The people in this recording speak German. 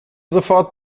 sofort